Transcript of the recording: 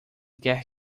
quer